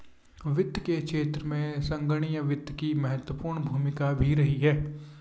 वित्त के क्षेत्र में संगणकीय वित्त की महत्वपूर्ण भूमिका भी रही है